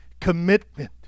commitment